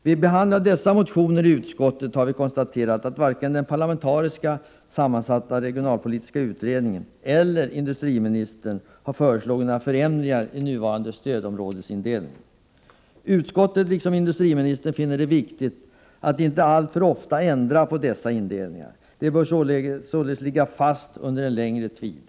Vid behandlingen av dessa motioner i utskottet har vi konstaterat att varken den parlamentariskt sammansatta regionalpolitiska utredningen eller industriministern har föreslagit några förändringar i nuvarande stödområdesindelning. Utskottet, liksom industriministern, finner det viktigt att inte alltför ofta ändra på dessa indelningar. De bör således ligga fast under en längre tid.